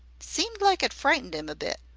seemed like it frightened im a bit.